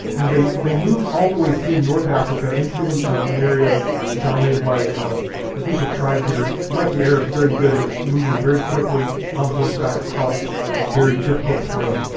and they they move all the way through north africa into an area dominated by ah a group of tribes that are, like the arabs, very good at moving very quickly on horseback across a very difficult terrain.